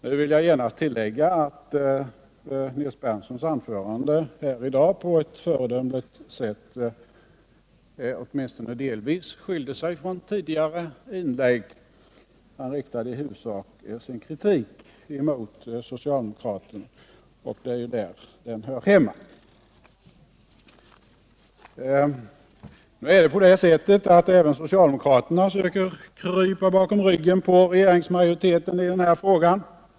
Nu vill jag genast tillägga att Nils Berndtsons anförande i dag på ett föredömligt sätt skilde sig från tidigare inlägg — han riktade i huvudsak sin kritik mot socialdemokraterna, och det är där den hör hemma. Även socialdemokraterna försöker krypa bakom ryggen på regeringsmajoriteten i denna fråga.